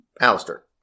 Alistair